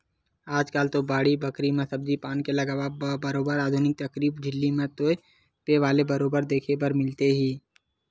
आजकल तो बाड़ी बखरी म सब्जी पान के लगावब म बरोबर आधुनिक तरकीब झिल्ली म तोपे वाले बरोबर देखे बर मिलथे ही